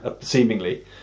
seemingly